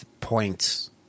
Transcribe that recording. points